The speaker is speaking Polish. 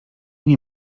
nie